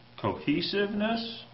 cohesiveness